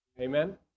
amen